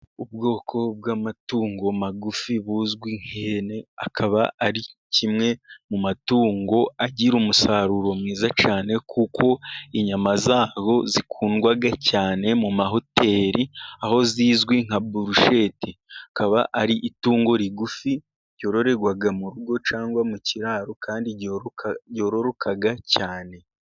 Ubwoko bw'amatungo magufi buzwi nk'ihene, akaba ari kimwe mu matungo agira umusaruro mwiza cyane, kuko inyama zayo zikundwa cyane, mu mahoteli aho zizwi nka burusheti .Ikaba ari itungo rigufi ryororerwa mu rugo cyangwa mu kiraro kandi ryororokaga cyane.